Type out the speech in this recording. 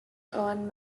earned